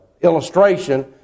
illustration